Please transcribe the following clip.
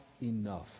enough